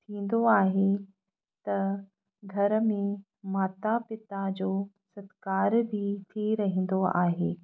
थींदो आहे त घर में माता पिता जो सत्कार बि थी रहंदो आहे